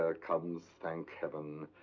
ah comes, thank heaven,